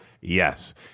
Yes